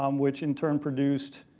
um which in turn produced,